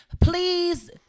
please